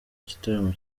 igitaramo